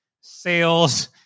sales